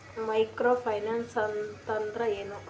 Micro finance ಅಂತಂದ್ರ ಏನ್ರೀ?